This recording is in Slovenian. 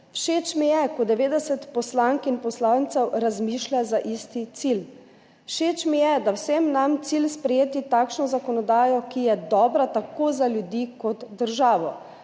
Všeč mi je, ko 90 poslank in poslancev razmišlja za isti cilj. Všeč mi je, da je vsem nam cilj sprejeti takšno zakonodajo, ki je dobra tako za ljudi kot državo.